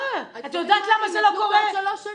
את יודעת למה זה לא קורה?